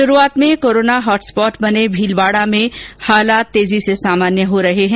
शुरूआत में corona hot spot बने भीलवाडा में हालात तेजी से सामान्य हो रहे है